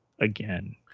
again